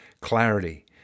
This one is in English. clarity